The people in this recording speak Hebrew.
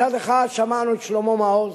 מצד אחד שמענו את שלמה מעוז,